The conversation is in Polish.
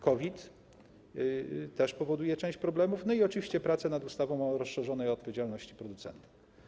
COVID też powoduje część problemów i oczywiście prace nad ustawą o rozszerzonej odpowiedzialności producenta.